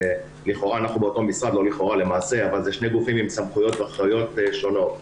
לכאורה אנחנו אותו משרד אבל זה שני גופים עם סמכויות אחריות שונות.